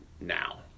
now